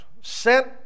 sent